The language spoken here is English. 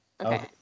Okay